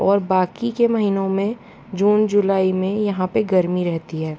और बाक़ी के महीनों में जून जुलाई में यहाँ पर गर्मी रहती है